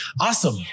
awesome